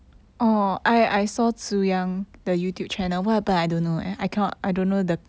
!wah!